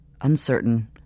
uncertain